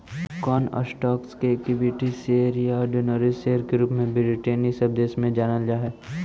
कौन स्टॉक्स के equity share या ऑर्डिनरी शेयर के रूप में ब्रिटेन इ सब देश में जानल जा हई